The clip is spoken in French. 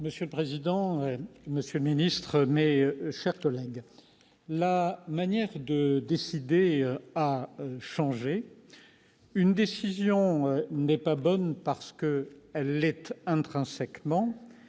Monsieur le président, monsieur le secrétaire d'État, mes chers collègues, la manière de décider a changé. Une décision est bonne non pas parce qu'elle l'est intrinsèquement,